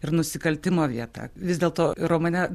ir nusikaltimo vieta vis dėlto romane